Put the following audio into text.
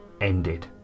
ended